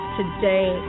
today